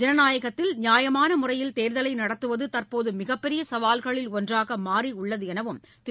ஜனநாயகத்தில் நியாயமானமுறையில் தேர்தலைநடத்துவதுதற்போதுமிகப் பெரியசவால்களில் ஒன்றாகமாறியுள்ளதெனதிரு